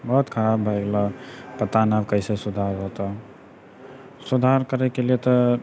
बहुत खराब भऽ गेलऽ पता नहि ओ कैसे सुधार होतऽ सुधार करैके लिए तऽ